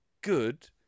good